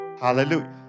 hallelujah